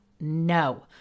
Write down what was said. No